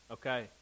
Okay